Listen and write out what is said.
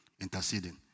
interceding